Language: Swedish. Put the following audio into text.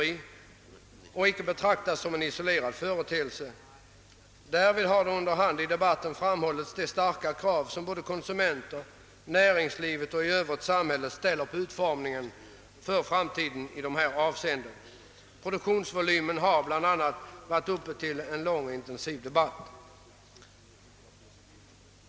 I debatten har man under hand framhållit de stora krav som konsumenter, näringsliv och samhälle ställer på utformningen av den framtida jordbrukspolitiken. Bl.a. frågan om produktionsvolymen har varit föremål för en lång och intensiv debatt.